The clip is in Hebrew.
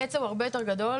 הפצע הוא הרבה יותר גדול,